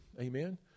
Amen